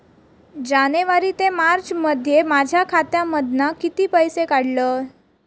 जानेवारी ते मार्चमध्ये माझ्या खात्यामधना किती पैसे काढलय?